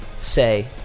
say